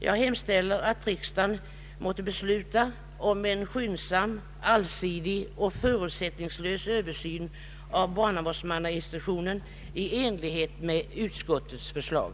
Jag hemställer att riksdagen måtte besluta om en skyndsam, allsidig och förutsättningslös översyn av barnavårdsmannainstitutionen i enlighet med utskottets förslag.